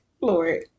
Lord